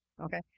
Okay